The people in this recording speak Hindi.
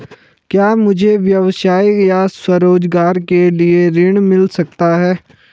क्या मुझे व्यवसाय या स्वरोज़गार के लिए ऋण मिल सकता है?